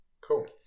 Cool